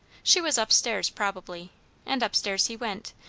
she was up-stairs, probably and up-stairs he went,